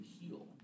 heal